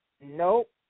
Nope